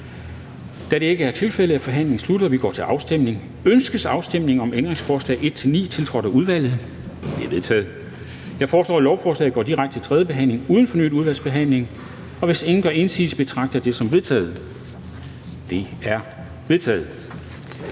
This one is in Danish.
Kl. 14:00 Afstemning Formanden (Henrik Dam Kristensen): Ønskes afstemning om ændringsforslag nr. 1-3, tiltrådt af udvalget? De er vedtaget. Jeg foreslår, at lovforslaget går direkte til tredje behandling uden fornyet udvalgsbehandling. Hvis ingen gør indsigelse, betragter jeg det som vedtaget. Det er vedtaget.